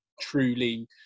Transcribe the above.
truly